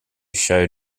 show